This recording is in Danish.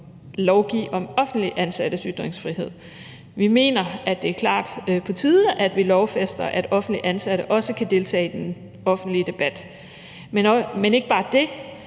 lovgive om offentligt ansattes ytringsfrihed. Vi mener, at det klart er på tide, at vi lovfæster, at offentligt ansatte også kan deltage i den offentlige debat – men ikke bare det,